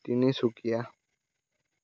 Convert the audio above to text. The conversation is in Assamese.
তিনিচুকীয়া